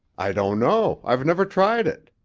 i don't know. i've never tried it.